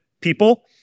people